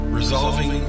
resolving